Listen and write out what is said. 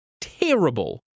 terrible